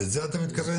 לזה אתה מתכוון?